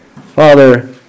father